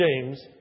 James